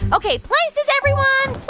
ok. places, everyone.